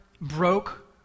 broke